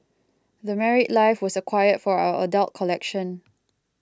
The Married Life was acquired for our adult collection